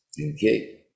Okay